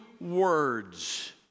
words